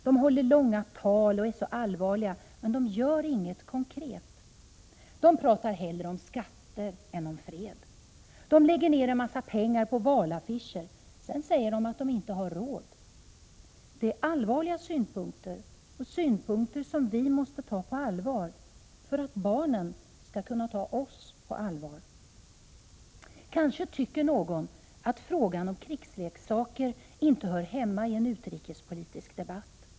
De håller långa tal och är så allvarliga, men gör inget konkret. De pratar hellre om skatter än om fred. De lägger ned en massa pengar på valaffischer, sedan säger de att de inte har råd.” Det är allvarliga synpunkter, synpunkter som vi måste ta på allvar, för att barnen skall kunna ta oss på allvar. Kanske tycker någon att frågan om krigsleksaker inte hör hemma i en utrikespolitisk debatt.